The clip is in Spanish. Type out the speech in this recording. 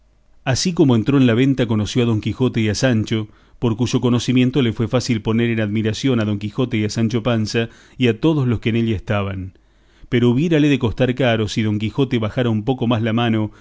así como entró en la venta conoció a don quijote y a sancho por cuyo conocimiento le fue fácil poner en admiración a don quijote y a sancho panza y a todos los que en ella estaban pero hubiérale de costar caro si don quijote bajara un poco más la mano